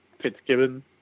Fitzgibbon